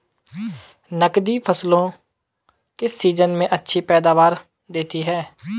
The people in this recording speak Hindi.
नकदी फसलें किस सीजन में अच्छी पैदावार देतीं हैं?